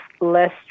less